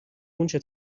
اونچه